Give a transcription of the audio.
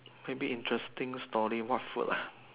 maybe interesting story what food lah